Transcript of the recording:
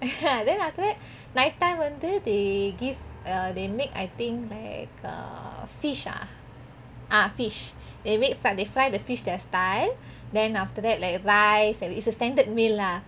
then after that night time வந்து:vanthu they give uh they make I think like uh fish ah ah fish they made they fry the fish their style then after that like rice it's a standard me lah